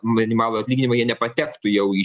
minimalų atlyginimą jie nepatektų jau į